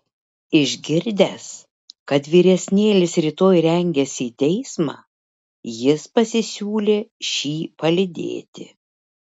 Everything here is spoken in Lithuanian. išgirdęs kad vyresnėlis rytoj rengiasi į teismą jis pasisiūlė šį palydėti